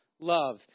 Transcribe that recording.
love